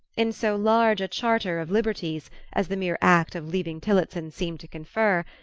in so large a charter of liberties as the mere act of leaving tillotson seemed to confer,